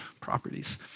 properties